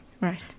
Right